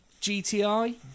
GTI